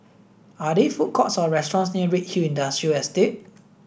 are there food courts or restaurants near Redhill Industrial Estate